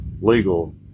legal